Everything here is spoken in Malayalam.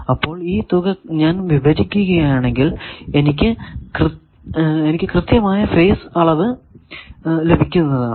അപ്പോൾ ഈ തുക ഞാൻ വിഭജിക്കുകയാണെങ്കിൽ എനിക്ക് കൃത്യമായ ഫേസ് അളവ് ലഭിക്കുന്നതാണ്